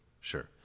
Sure